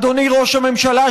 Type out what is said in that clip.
אדוני ראש הממשלה,